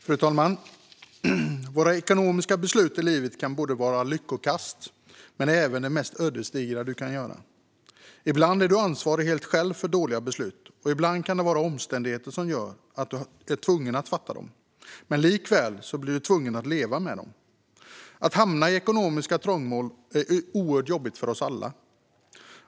Fru talman! Våra ekonomiska beslut i livet kan vara lyckokast men även det mest ödesdigra vi kan göra. Ibland är du helt själv ansvarig för dåliga beslut och ibland kan det vara omständigheter som gör att du är tvungen att fatta dem. Men likväl blir du tvungen att leva med dem. Att hamna i ekonomiskt trångmål är oerhört jobbigt för oss alla.